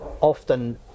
often